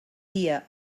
dia